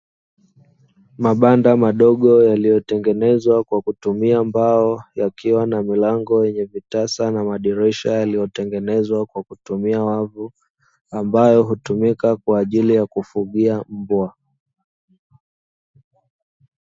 Mabanda madogo yaliyotengenezwa kwa kutumia mbao, yakiwa na milango yenye vitasa na madirisha yaliyotengenezwa kwa kutumia wavu, ambayo hutumika kwa ajili ya kufugia mbwa.